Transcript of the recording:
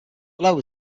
below